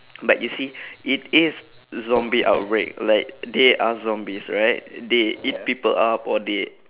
but you see it is zombie outbreak like they are zombies right they eat people up or they